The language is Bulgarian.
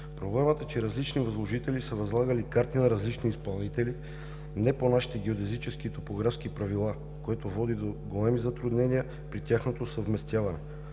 Проблемът е, че различни възложители са възлагали карти на различни изпълнители не по нашите геодезически и топографски правила, което води до големи затруднения при тяхното съвместяване.